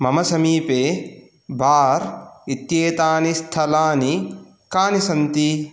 मम समीपे बार् इत्येतानि स्थलानि कानि सन्ति